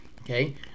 okay